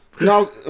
No